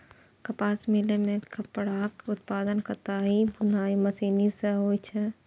कपास मिल मे कपड़ाक उत्पादन कताइ बुनाइ मशीनरी सं होइ छै